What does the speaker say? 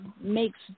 makes